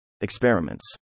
Experiments